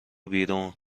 بیرون